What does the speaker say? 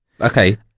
Okay